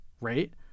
right